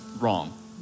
wrong